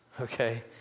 okay